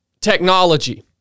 technology